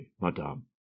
madame